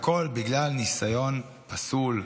והכול בגלל ניסיון פסול,